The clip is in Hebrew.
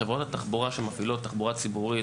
חברות התחבורה שמפעילות תחבורה ציבורית